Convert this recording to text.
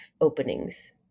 openings